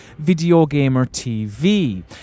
VideoGamerTV